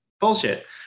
bullshit